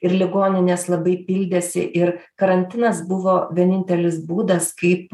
ir ligoninės labai pildėsi ir karantinas buvo vienintelis būdas kaip